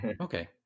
Okay